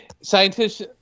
scientists